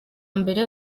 mbere